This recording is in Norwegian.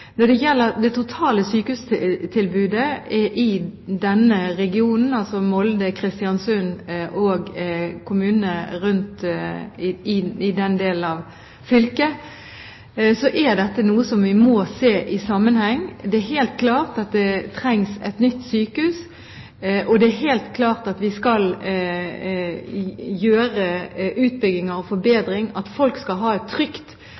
Når det gjelder det totale sykehustilbudet i denne regionen, altså Molde, Kristiansund og kommunene rundt i den delen av fylket, er dette noe vi må se i sammenheng. Det er helt klart at det trengs et nytt sykehus, og det er helt klart at vi skal gjennomføre utbygginger og forbedringer – at folk skal ha et trygt